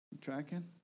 Tracking